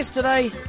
Today